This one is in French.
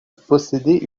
possédait